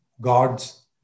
God's